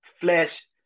flesh